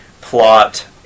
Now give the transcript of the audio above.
plot